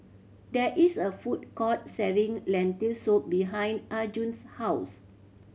there is a food court selling Lentil Soup behind Arjun's house